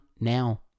now